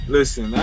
Listen